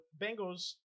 Bengals